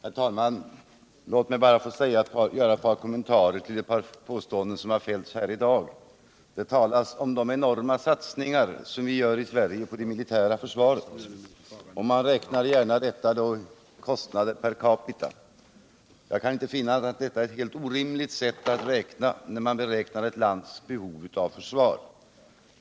Herr talman! Låt mig bara få göra ett par kommentarer till några påståenden som har gjorts här i dag. Det har talats om de enorma satsningar som vi i Sverige gör på det militära försvarets område. Man räknar då gärna i kostnad per capita. Jag kan inte finna annat än att det är ett helt orimligt sätt att räkna när man bedömer ett lands behov av försvar.